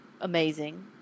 amazing